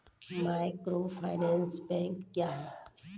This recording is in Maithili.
माइक्रोफाइनेंस बैंक क्या हैं?